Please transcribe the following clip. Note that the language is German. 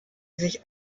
sich